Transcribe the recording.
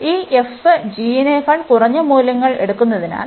അതിനാൽ ഈ f g നേക്കാൾ കുറഞ്ഞ മൂല്യങ്ങൾ എടുക്കുന്നതിനാൽ